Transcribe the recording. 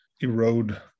erode